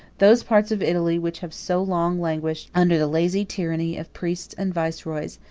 those parts of italy which have so long languished under the lazy tyranny of priests and viceroys,